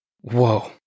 Whoa